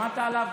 שמעת עליו?